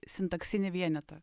sintaksinį vienetą